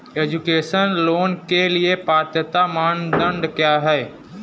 Education loan के लिए पात्रता मानदंड क्या है?